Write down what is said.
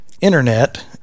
Internet